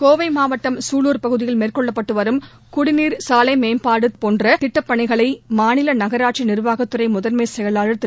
கோவை மாவட்டம் சூலூர் பகுதியில் மேற்கொள்ளப்பட்டு வரும் குடிநீர் சாலை மேம்பாடு தெருவிளக்கு போன்ற திட்டப் பணிகளை மாநில நகராட்சி நிர்வாகத்துறை முதன்மைச் செயலாளர் திரு